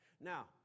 Now